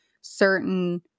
certain